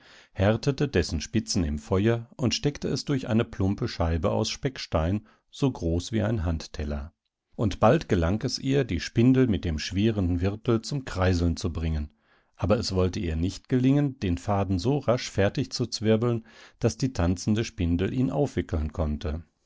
härtete dessen spitzen im feuer und steckte es durch eine plumpe scheibe aus speckstein so groß wie ein handteller und bald gelang es ihr die spindel mit dem schweren wirtel zum kreiseln zu bringen aber es wollte ihr nicht gelingen den faden so rasch fertig zu zwirbeln daß die tanzende spindel ihn aufwickeln konnte